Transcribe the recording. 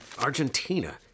Argentina